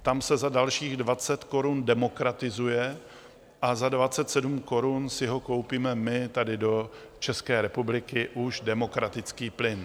Tam se za dalších 20 korun demokratizuje a za 27 korun si koupíme my tady do České republiky už demokratický plyn.